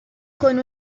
con